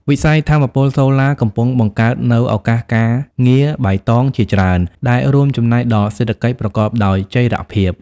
វិស័យថាមពលសូឡាកំពុងបង្កើតនូវការងារបៃតងជាច្រើន ដែលរួមចំណែកដល់សេដ្ឋកិច្ចប្រកបដោយចីរភាព។